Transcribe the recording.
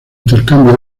intercambio